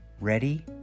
ready